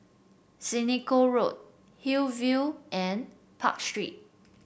Senoko Road Hillview and Park Street